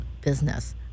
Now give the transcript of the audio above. business